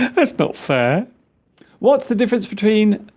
that's belt fare what's the difference between